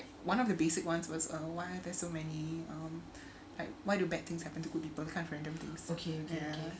one of the basic ones was why are there so many like why do bad things happen to good people kind of random things ya